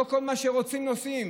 לא כל מה שרוצים עושים,